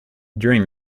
during